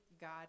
God